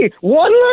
one